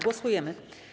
Głosujemy.